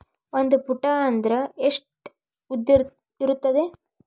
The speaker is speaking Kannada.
ಒಂದು ಫೂಟ್ ಅಂದ್ರೆ ಎಷ್ಟು ಉದ್ದ ಇರುತ್ತದ?